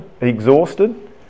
exhausted